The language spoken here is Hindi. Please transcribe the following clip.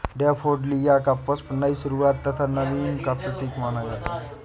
डेफोडिल का पुष्प नई शुरुआत तथा नवीन का प्रतीक माना जाता है